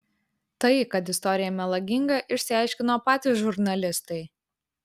tai kad istorija melaginga išsiaiškino patys žurnalistai